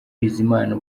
bizimana